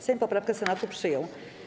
Sejm poprawkę Senatu przyjął.